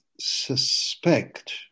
suspect